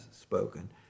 spoken